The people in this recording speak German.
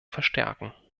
verstärken